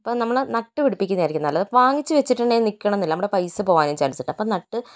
അപ്പോൾ നമ്മളത് നട്ടുപിടിപ്പിക്കുന്നതായിരിക്കും നല്ലത് വാങ്ങിച്ച് വെച്ചിട്ടുണ്ടെങ്കിൽ നിൽക്കണമെന്നില്ല നമ്മുടെ പൈസ പോകാനും ചാൻസുണ്ട് അപ്പോ നട്ട്